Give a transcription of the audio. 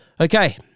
Okay